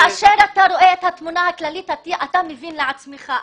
כאשר אתה רואה את התמונה הכללית, אתה מבין בעצמך.